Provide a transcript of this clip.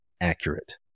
accurate